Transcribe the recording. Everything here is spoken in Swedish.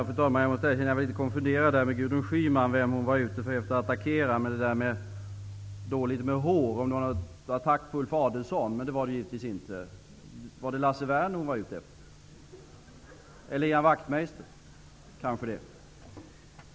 Fru talman! Jag blev litet konfunderad över vem Gudrun Schyman ville attackera med uttalandet om hårbrist. Det gällde givetvis inte Ulf Adelsohn. Var det Lars Werner som hon var ute efter, eller kanske Ian Wachtmeister?